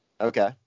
Okay